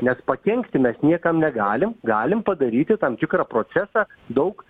nes pakenkti mes niekam negalim galim padaryti tam tikrą procesą daug